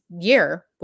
year